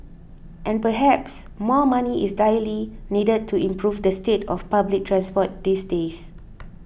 and perhaps more money is direly needed to improve the state of public transport these days